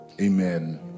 Amen